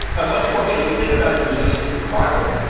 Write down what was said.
a much more you know you think about its resilience to the virus.